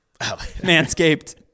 manscaped